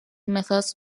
methods